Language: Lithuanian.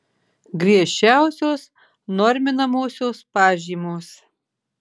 griežčiausios norminamosios pažymos